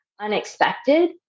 unexpected